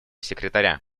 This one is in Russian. секретаря